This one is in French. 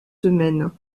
semaines